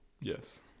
Yes